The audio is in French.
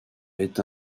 est